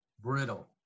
brittle